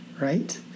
right